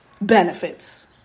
benefits